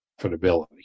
profitability